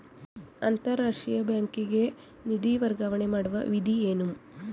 ಅಂತಾರಾಷ್ಟ್ರೀಯ ಬ್ಯಾಂಕಿಗೆ ನಿಧಿ ವರ್ಗಾವಣೆ ಮಾಡುವ ವಿಧಿ ಏನು?